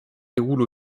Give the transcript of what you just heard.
déroule